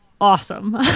awesome